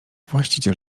właściciel